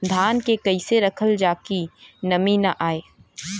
धान के कइसे रखल जाकि नमी न आए?